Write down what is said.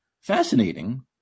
fascinating